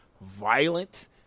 violent